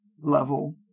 level